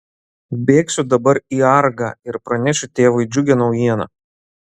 bėgsiu dabar į argą ir pranešiu tėvui džiugią naujieną